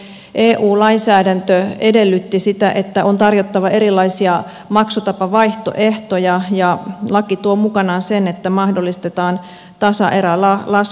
nimittäin eu lainsäädäntö edellytti sitä että on tarjottava erilaisia maksutapavaihtoehtoja ja laki tuo mukanaan sen että mahdollistetaan tasaerälaskutus